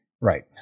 right